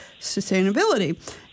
sustainability